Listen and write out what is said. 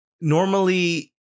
normally